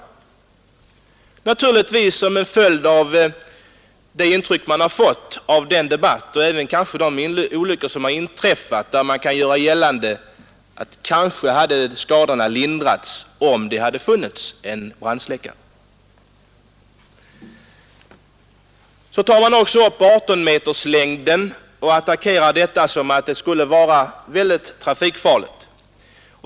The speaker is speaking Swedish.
Det är naturligtvis en följd av de intryck man fått av den debatt som förts och de olyckor som inträffat, där det kan göras gällande att skadorna kanske hade lindrats om det hade funnits en brandsläckare. Vidare tas fordonslängden upp, och 24-metersfordonen framhålls som mycket trafikfarliga.